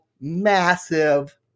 massive